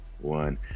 one